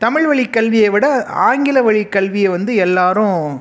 தமிழ்வழி கல்வியை விட ஆங்கிலவழி கல்வியை வந்து எல்லோரும்